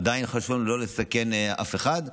עדיין חשוב לנו לא לסכן אף אחד.